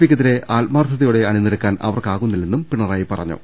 പിക്കെതിരെ ആത്മാർത്ഥതയോടെ അണിനിരക്കാൻ അവർക്കാകുന്നില്ലെന്നും പിണറായി പറഞ്ഞു